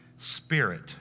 spirit